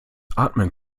atmen